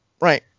Right